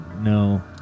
No